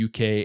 UK